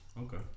Okay